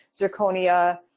zirconia